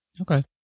Okay